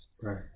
Right